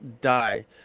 die